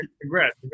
congrats